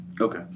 Okay